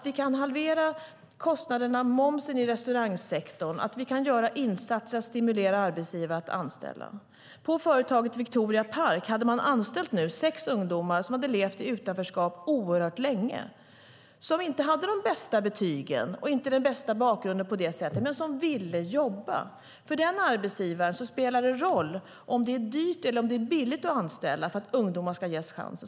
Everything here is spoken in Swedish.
Vi kan halvera kostnaderna, momsen, i restaurangsektorn och göra andra insatser som stimulerar arbetsgivare att anställa. På företaget Victoria Park har man anställt sex ungdomar som har levt i utanförskap oerhört länge och som inte har de bästa betygen eller den bästa bakgrunden på det sättet men som vill jobba. För den arbetsgivaren spelar det roll om det är dyrt eller billigt att anställa för att ungdomar ska ges chansen.